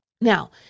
Now